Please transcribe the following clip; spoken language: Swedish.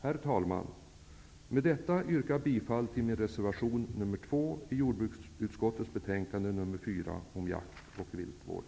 Herr talman! Med detta yrkar jag bifall till min reservation nr 2 i jordbruksutskottets betänkande nr 4 om jakt och viltvård.